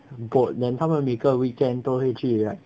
boat then 他们每个 weekend 都会去 like